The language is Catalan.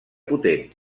potent